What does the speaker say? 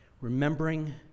remembering